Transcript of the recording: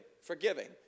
forgiving